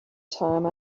time